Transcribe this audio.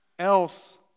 else